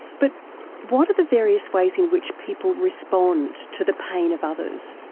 but what are the various ways in which people respond to the pain of others?